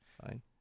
fine